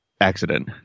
accident